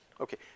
Okay